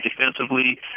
defensively